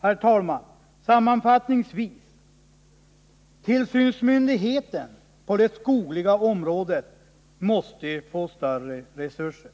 Herr talman! Sammanfattningsvis vill jag säga att tillsynsmyndigheten på det skogliga området måste få större resurser.